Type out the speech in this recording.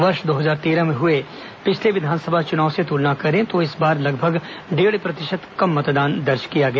वर्ष दो हजार तेरह में हुए पिछले विधानसभा चुनाव से तुलना करें तो इस बार लगभग डेढ़ प्रतिशत कम मतदान दर्ज किया गया